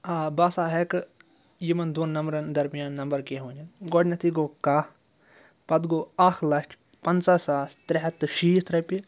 آ بہٕ ہَسا ہٮ۪کہٕ یِمَن دۄن نَمبرَن درمین نَمبَر کیٚنٛہہ ؤنِتھ گۄڈنٮ۪تھٕے گوٚو کاہ پَتہٕ گوٚو اَکھ لَچھ پَنٛژاہ ساس ترٛےٚ ہَتھ تہٕ شیٖتھ رۄپیہِ